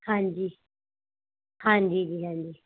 ਹਾਂਜੀ ਹਾਂਜੀ ਜੀ ਹਾਂਜੀ